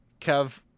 Kev